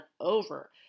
over